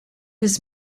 his